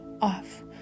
off